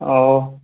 ওহ